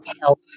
health